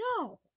No